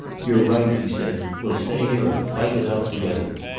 you're right, he said. we'll stay here and fight it out together.